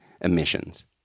emissions